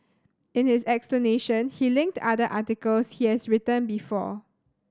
in his explanation he linked other articles he has written before